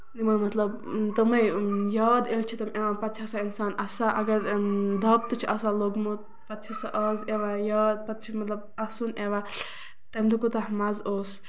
یِمَن مطلب تمَے یاد ییٚلہِ چھِ تِم یِوان پتہٕ چھِ آسان اِنسان اسان اگر دَب تہِ چھِ آسان لوٚگمُت پتہٕ چھُ سُہ آز یِوان یاد پتہٕ مطلب اسُن تِوان تمہِ دۄہ کوٗتاہ مزٕ اوس